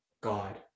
God